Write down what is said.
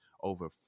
over